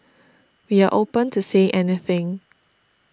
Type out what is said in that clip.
we are open to say anything